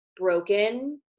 broken